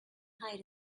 height